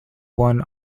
won